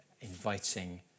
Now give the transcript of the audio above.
inviting